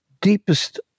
deepest